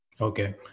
okay